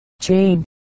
chain